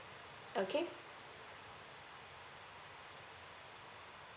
okay